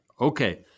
Okay